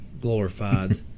glorified